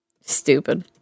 Stupid